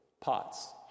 pots